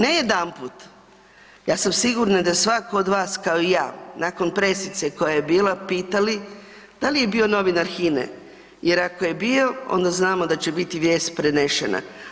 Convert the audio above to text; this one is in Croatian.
Ne jedanput, ja sam sigurna da svatko od vas kao i ja, nakon pressice koja je bila, pitali da je bio novinar HINA-e jer ako je bio, onda znamo da će biti vijest prenešena.